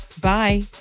bye